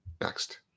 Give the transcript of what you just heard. Next